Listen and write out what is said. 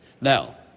Now